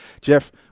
jeff